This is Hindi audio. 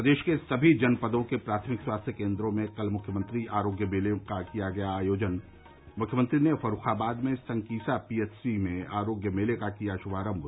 प्रदेश के सभी जनपदों के प्राथमिक स्वास्थ्य केन्द्रों में कल मुख्यमंत्री आरोग्य मेलों का किया गया आयोजन मुख्यमंत्री ने फर्रूखाबाद में संकिसा पीएचसी में आरोग्य मेले का किया शुभारम्भ